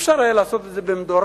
אפשר היה לעשות את זה במדורג,